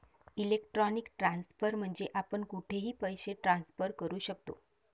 electronic transfer म्हणजे आपण कुठेही पैसे ट्रान्सफर करू शकतो